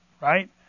right